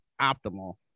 optimal